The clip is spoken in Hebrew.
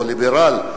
או ליברל,